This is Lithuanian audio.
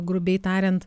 grubiai tariant